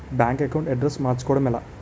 Bank account address మార్చుకోవడం ఎలా?